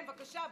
כן, בבקשה.